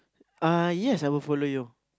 uh yes I will follow you